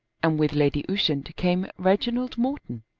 and with lady ushant came reginald morton.